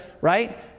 right